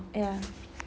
ya